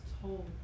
told